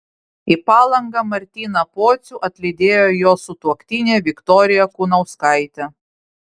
į palangą martyną pocių atlydėjo jo sutuoktinė viktorija kunauskaitė